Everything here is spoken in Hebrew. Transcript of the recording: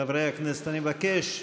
חברי הכנסת, אני מבקש: